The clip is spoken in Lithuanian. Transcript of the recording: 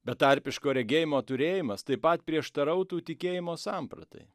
betarpiško regėjimo turėjimas taip pat prieštarautų tikėjimo sampratai